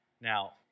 Now